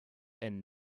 and